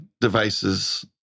device's